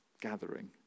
gathering